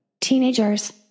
Teenagers